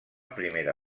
primera